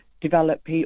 develop